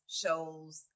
shows